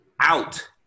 out